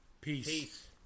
Peace